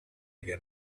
get